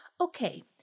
Okay